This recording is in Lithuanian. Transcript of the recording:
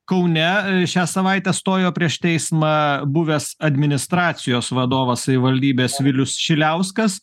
kaune šią savaitę stojo prieš teismą buvęs administracijos vadovas savivaldybės vilius šiliauskas